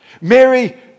Mary